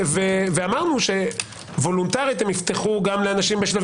אמרנו שוולונטרית יפתחו גם לאנשים בשלבים